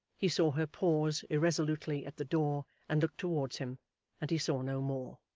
he saw her pause irresolutely at the door and look towards him and he saw no more.